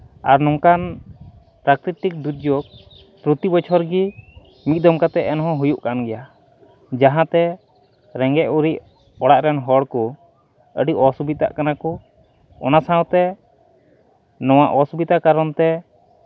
ᱟᱨ ᱱᱚᱝᱠᱟᱱ ᱯᱨᱟᱠᱨᱤᱛᱤᱠ ᱫᱩᱨᱡᱳᱜᱽ ᱯᱨᱚᱛᱤ ᱵᱚᱪᱷᱚᱨ ᱜᱮ ᱢᱤᱫ ᱫᱚᱢ ᱠᱟᱛᱮᱫ ᱮᱱᱦᱚᱸ ᱦᱩᱭᱩᱜ ᱠᱟᱱ ᱜᱮᱭᱟ ᱡᱟᱦᱟᱸ ᱛᱮ ᱨᱮᱸᱜᱮᱡ ᱚᱨᱮᱡ ᱚᱲᱟᱜ ᱨᱮᱱ ᱦᱚᱲ ᱠᱚ ᱟᱹᱰᱤ ᱚᱥᱩᱵᱤᱫᱷᱟᱜ ᱠᱟᱱᱟ ᱠᱚ ᱚᱱᱟ ᱥᱟᱶᱛᱮ ᱱᱚᱣᱟ ᱚᱥᱩᱵᱤᱫᱷᱟ ᱠᱟᱨᱚᱱ ᱛᱮ